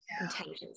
intentions